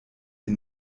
ihr